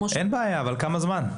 אין בעיה, אבל כמה זמן?